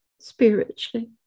Spiritually